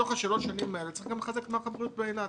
בתוך שלוש השנים האלה צריך גם לחזק את מערך הבריאות באילת,